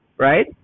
Right